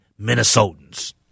Minnesotans